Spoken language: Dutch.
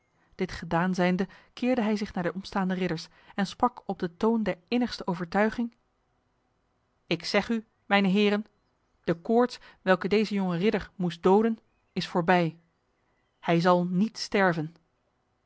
dit gedaan zijnde keerde hij zich naar de omstaande ridders en sprak op de toon der innigste overtuiging ik zeg u mijne heren de koorts welke deze jonge ridder moest doden is voorbij hij zal niet sterven